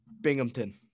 Binghamton